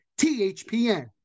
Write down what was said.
THPN